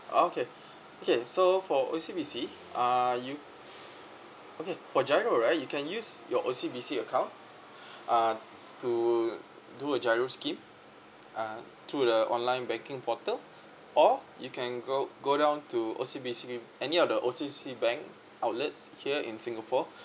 okay okay so for O_C_B_C uh you okay for GIRO right you can use your O_C_B_C account uh to do a GIRO scheme uh through the online banking portal or you can go go down to O_C_B_C any of the O_C_B_C bank outlets here in singapore